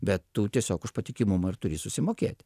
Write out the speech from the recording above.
bet tu tiesiog už patikimumą ir turi susimokėt